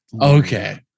Okay